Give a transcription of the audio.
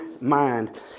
mind